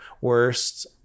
worst